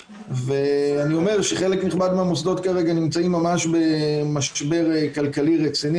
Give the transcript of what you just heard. חלק נכבד מהמוסדות נמצאים במשבר כלכלי רציני,